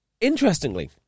Interestingly